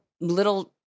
Little